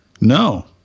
No